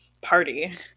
Party